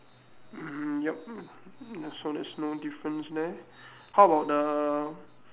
mm yup so there's no difference there how about the